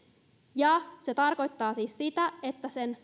saada koronatesteihin se tarkoittaa siis sitä että